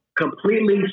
Completely